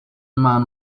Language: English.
man